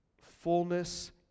fullness